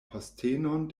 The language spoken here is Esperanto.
postenon